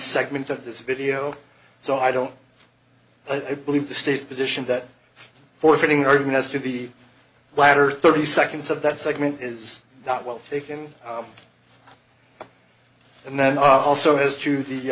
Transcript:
segment of this video so i don't i believe the state's position that forfeiting argument as to the latter thirty seconds of that segment is not well taken and that also has to